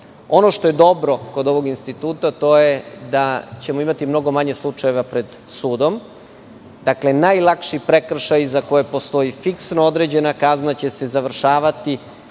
što je dobro kod ovog instituta, to je da ćemo imati mnogo manje slučajeva pred sudom. Dakle, najlakši prekršaji za koje postoji fiksno određena kazna će se završavati